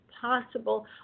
possible